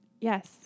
Yes